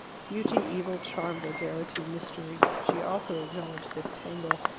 beauty, evil, charm, vulgarity, mystery she also acknowledged this tangle,